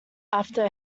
after